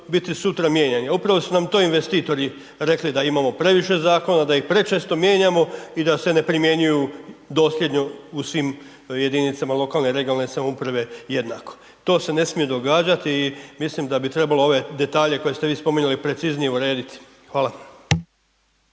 biti sutra mijenjani. Upravo su nam to investitori rekli da imamo previše zakona, da ih prečesto mijenjamo i da se ne primjenjuju dosljedno u svim jedinicama lokalne i regionalne samouprave jednako. To se ne smije događati i mislim da bi trebalo ove detalje koje ste vi spominjali preciznije urediti. Hvala.